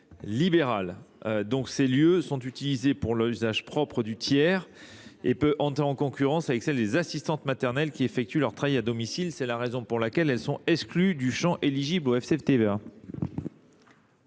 Ces lieux sont utilisés pour l’usage propre du tiers et peuvent entrer en concurrence avec l’activité des assistantes maternelles qui effectuent leur travail à domicile. C’est la raison pour laquelle ils sont exclus du champ du FCTVA.